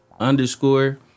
Underscore